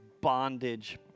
bondage